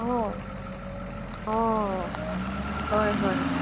অঁ অঁ হয় হয়